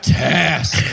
task